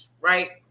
Right